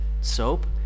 soap